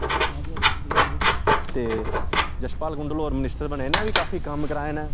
दर्ष देव साह्ब होर मिनिस्टर बने ते यशपाल कुुंडल होर मिनिस्टर बने इनें बी काफी कम्म कराए न